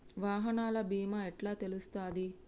వాహనాల బీమా ఎట్ల తెలుస్తది?